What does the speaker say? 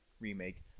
remake